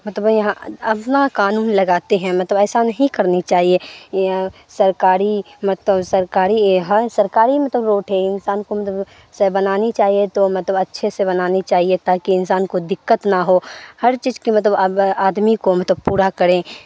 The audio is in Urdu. مطلب یہاں اپنا قانون لگاتے ہیں مطلب ایسا نہیں کرنی چاہیے یا سرکاری مطلب سرکاری ہر سرکاری مطلب روڈ ہے انسان کو مطلب بنانی چاہیے تو مطلب اچھے سے بنانی چاہیے تاکہ انسان کو دقت نہ ہو ہر چیز کی مطلب اب آدمی کو مطلب پورا کریں